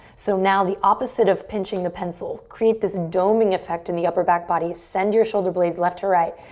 so now the opposite of pinching the pencil. create this doming effect in the upper back body. send your shoulder blades left to right.